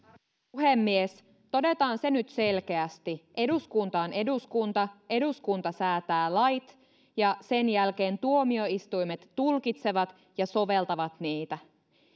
puhemies todetaan se nyt selkeästi eduskunta on eduskunta eduskunta säätää lait ja sen jälkeen tuomioistuimet tulkitsevat ja soveltavat niitä